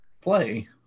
play